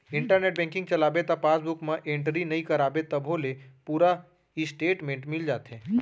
internet banking चलाबे त passbook म एंटरी नइ कराबे तभो ले पूरा इस्टेटमेंट मिल जाथे